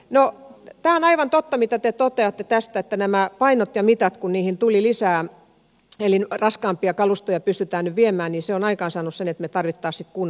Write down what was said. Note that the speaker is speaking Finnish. no tämä on aivan totta mitä te toteatte tästä että kun näihin painoihin ja mittoihin tuli lisää eli raskaampia kalustoja pystytään nyt viemään se on aikaansaanut sen että me tarvitsisimme sitten kunnon siltoja